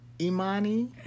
Imani